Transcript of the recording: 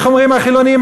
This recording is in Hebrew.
איך אומרים החילונים,